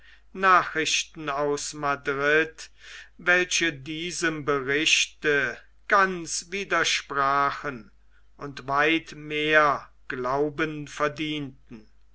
nachrichten aus madrid welche diesem berichte ganz widersprachen und weit mehr glauben verdienten